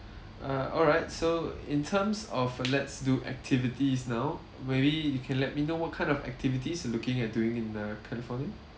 err alright so in terms of let's do activities now maybe you can let me know what kind of activities you're looking at doing in uh california